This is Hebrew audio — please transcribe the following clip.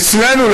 אצלנו,